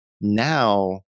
Now